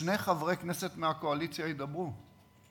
ושני חברי כנסת מהקואליציה ידברו.